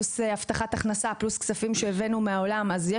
את הבטחת ההכנסה ואת הכספים שהבאנו מהעולם יש